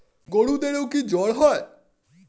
গরুদেরও কি জ্বর হয়?